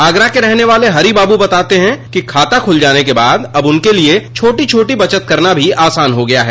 आगरा के रहने वाले हरी बाबू बताते हैं कि खाता खुल जाने के बाद अब उनके लिए छोटी छोटी बचत करना भी आसान हो गया है